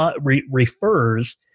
refers